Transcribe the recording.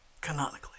canonically